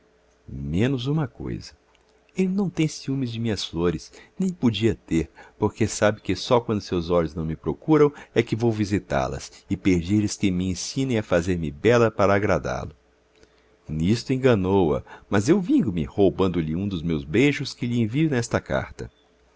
menos uma coisa ele não tem ciúmes de minhas flores nem podia ter porque sabe que só quando seus olhos não me procuram é que vou visitá las e pedir-lhes que me ensinem a fazer-me bela para agradá lo nisto enganou a mas eu vingo me roubando lhe um dos meus beijos que lhe envio nesta carta